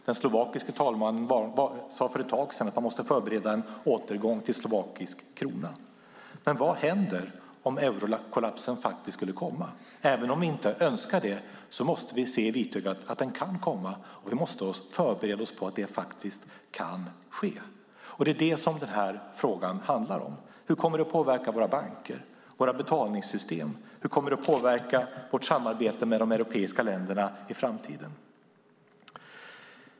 Den slovakiske talmannen sade för ett tag sedan att man måste förbereda en återgång till slovakisk krona. Men vad händer om eurokollapsen faktiskt skulle komma? Även om vi inte önskar det måste vi se i vitögat att den kan komma och förbereda oss på att det faktiskt kan ske. Det är det som den här frågan handlar om. Hur kommer det att påverka våra banker och våra betalningssystem? Hur kommer det att påverka vårt samarbete med de europeiska länderna i framtiden?